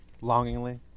longingly